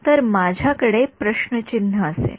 तर माझ्या कडे असेल